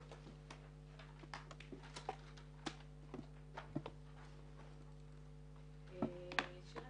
הישיבה